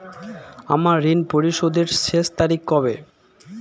আমার ঋণ পরিশোধের শেষ তারিখ কবে?